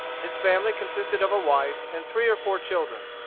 his family consisted of a wife and three or four children.